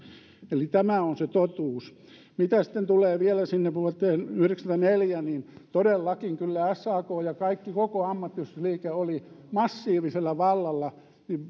eli tämä on se totuus mitä sitten tulee vielä siihen vuoteen yhdeksänkymmentäneljä niin todellakin kyllä sak ja koko ammattiyhdistysliike olivat massiivisella vallalla tässä